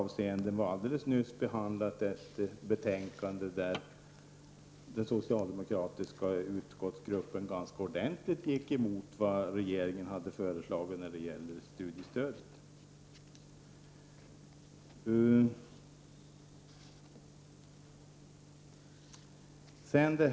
Vi har alldeles nyss behandlat ett betänkande, där den socialdemokratiska utskottsgruppen ganska ordentligt gick emot de förslag som regeringen presenterat när det gäller studiestödet.